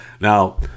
Now